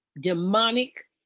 demonic